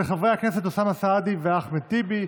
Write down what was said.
של חברי הכנסת אוסאמה סעדי ואחמד טיבי.